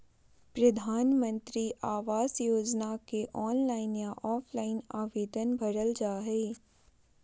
प्रधानमंत्री आवास योजना के ऑनलाइन या ऑफलाइन आवेदन भरल जा हइ